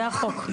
זה החוק.